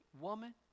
woman